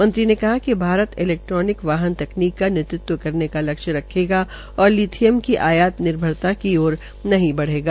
मंत्री ने कहा भारत इलैक्ट्रोनिक वाहन तकनीक का नेतृत्व करने का लक्ष्य रखेगा और लिथियम की आयात निर्भरता की ओर ओर नहीं बढ़ेगा